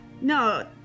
No